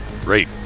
Great